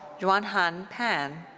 yuanhan pan.